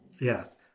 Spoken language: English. Yes